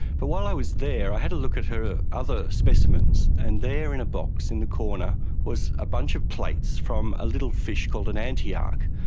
but while i was there i had a look at her other specimens, and there in a box in the corner was a bunch of plates from a little fish called an antiarch.